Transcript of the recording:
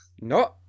No